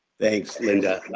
thanks, linda.